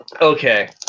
okay